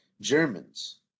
Germans